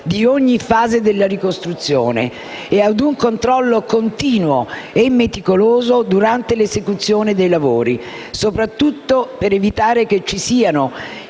di ogni fase della ricostruzione e ad un controllo continuo e meticoloso durante l'esecuzione dei lavori, soprattutto per evitare che ci siano